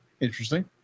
Interesting